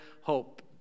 hope